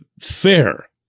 fair